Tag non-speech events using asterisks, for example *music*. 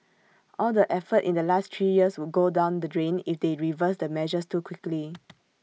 all the effort in the last three years would go down the drain if they reverse the measures too quickly *noise*